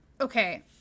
okay